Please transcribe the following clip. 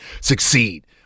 succeed